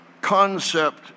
concept